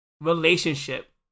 relationship